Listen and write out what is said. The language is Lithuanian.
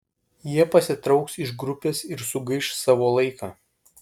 jie pasitrauks iš grupės ir sugaiš savo laiką